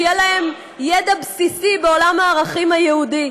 שיהיה להם ידע בסיסי בעולם הערכים היהודי.